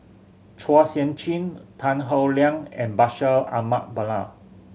Chua Sian Chin Tan Howe Liang and Bashir Ahmad Mallal